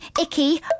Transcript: Icky